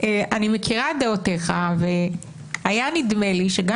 אני מכירה את דעותיך והיה נדמה לי שגם